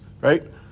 right